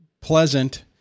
pleasant